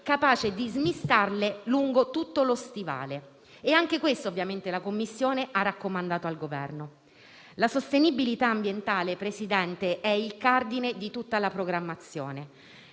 capace di smistarle lungo tutto lo stivale. Anche questo ovviamente la Commissione ha raccomandato al Governo. La sostenibilità ambientale, Presidente, è il cardine di tutta la programmazione,